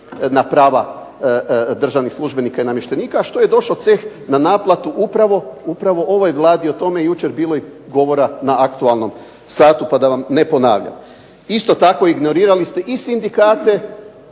na prava državnih službenika i namještenika, a što je došao ceh na naplatu upravo ovoj Vladi. O tome je jučer i bilo govora na aktualnom satu pa da vam ne ponavljam. Isto tako, ignorirali ste i sindikate,